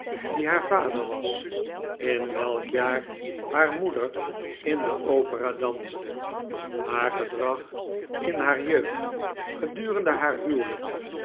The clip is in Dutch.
wie haar vader was in welk jaar haar moeder in de opera danste haar gedrag in haar jeugd gedurende haar huwelijk